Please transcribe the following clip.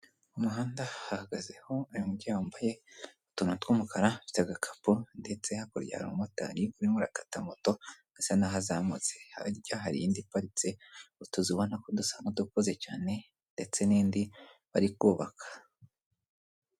Umuhanda hahagazeho uyu mubyeyi wambaye utuntu tw'umukara, afite agakapu ndetse hakurya hari motari urimo akata moto asa n'aho azamutse. Hirya hari indi paritse utuzu ubona ko dusa nk'udukoze cyane ndetse n'indi bari kubaka.